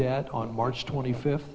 that on march twenty fifth